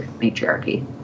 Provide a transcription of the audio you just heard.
matriarchy